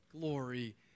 glory